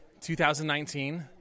2019